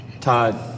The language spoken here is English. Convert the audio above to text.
Todd